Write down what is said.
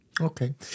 Okay